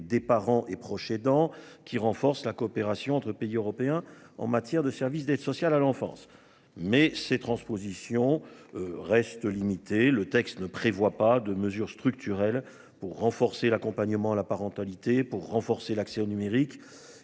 des parents et proches aidants qui renforce la coopération entre pays européens en matière de services d'aide sociale à l'enfance. Mais ces transpositions reste. Le texte ne prévoit pas de mesures structurelles pour renforcer l'accompagnement à la parentalité pour renforcer l'accès au numérique.